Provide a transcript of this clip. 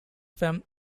from